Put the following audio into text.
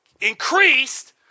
increased